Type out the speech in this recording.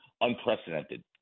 unprecedented